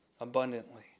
abundantly